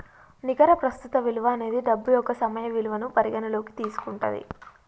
నికర ప్రస్తుత విలువ అనేది డబ్బు యొక్క సమయ విలువను పరిగణనలోకి తీసుకుంటది